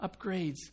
upgrades